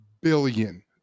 billion